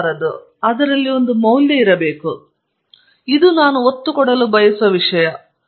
ತದನಂತರ ಸಂಶೋಧನೆಯು ಅದರ ಸ್ವಂತ ಪ್ರತಿಫಲವಾಗಿದೆ ಇದು ನಾನು ಒತ್ತು ಕೊಡಲು ಬಯಸುವ ವಿಷಯ